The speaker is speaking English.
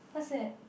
what's that